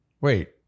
Wait